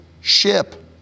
ship